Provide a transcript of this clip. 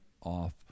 off